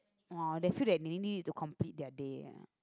oh they feel like they need it to complete their day ah